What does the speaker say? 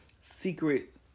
secret